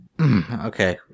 okay